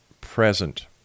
present